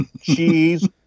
cheese